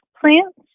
plants